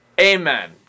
Amen